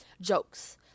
jokes